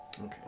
okay